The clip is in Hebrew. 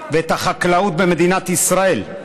החקלאית במדינת ישראל.